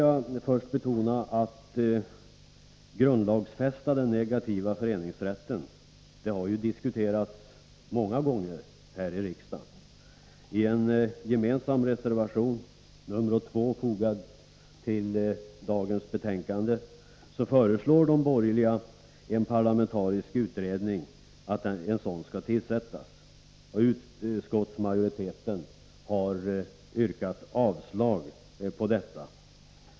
Att grundlagsfästa den negativa föreningsrätten har ju diskuterats många gånger här i riksdagen, det vill jag betona. I en gemensam reservation, nr 2 fogad till dagens betänkande, föreslår de borgerliga att en parlamentarisk utredning skall tillsättas. Utskottsmajoriteten har yrkat avslag på detta.